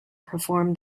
perform